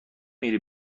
میری